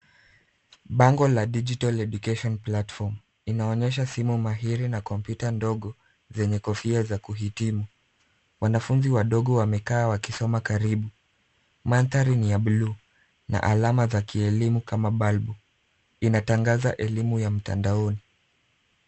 Bango la Digital Education Platform inaonyesha simu mahiri na kompyuta ndogo zenye kofia za kuhitimu. Wanafuzi wadogo wamekaa wakisoma karibu. Mandhari ni ya buluu na alama za kielimu kama balbu inatangaza elimu ya mtandaoni.